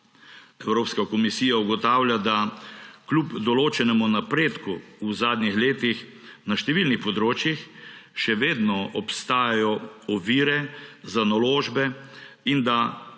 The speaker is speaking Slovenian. Evropska komisija ugotavlja, da kljub določenemu napredku v zadnjih letih na številnih področjih še vedno obstajajo ovire za naložbe in da